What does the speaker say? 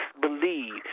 believe